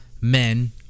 men